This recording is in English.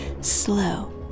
slow